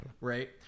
right